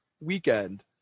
weekend